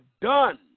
done